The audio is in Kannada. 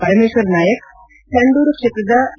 ಪರಮೇಶ್ವರ್ ನಾಯಕ್ ಸಂಡೂರು ಕ್ಷೇತ್ರದ ಇ